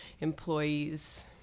employees